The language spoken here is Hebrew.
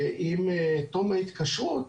ועם תום ההתקשרות